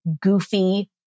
goofy